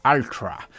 Ultra